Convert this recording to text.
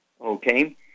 okay